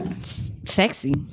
sexy